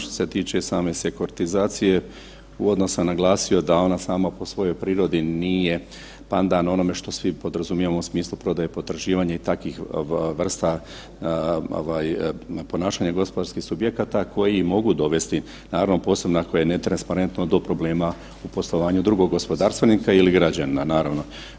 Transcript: Što se tiče same sekortizacije uvodno sam naglasio da ona sama po svojoj prirodi nije pandan onome što svi podrazumijevamo u smislu prodaje i potraživanje i takvih vrsta ovaj ponašanja gospodarskih subjekata koji mogu dovesti, naravno posebno ako je netransparentno do problema u poslovanju drugog gospodarstvenika ili građanina naravno.